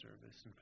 service